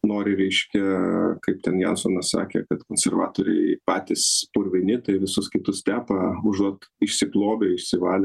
nori reiškia kaip ten jansonas sakė kad konservatoriai patys purvini tai visus kitus tepa užuot išsiplovę išsivalę